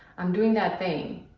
um doing that thing.